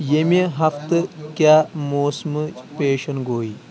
ییٚمہِ ہفتہٕ کیٛاہ موسمٕچ پیشن گویی